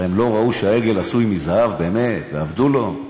הם לא ראו שהעגל באמת עשוי מזהב ועבדו לו?